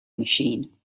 machine